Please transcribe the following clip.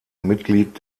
mitglied